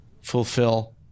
fulfill